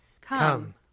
Come